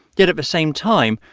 yet at the same time,